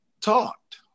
talked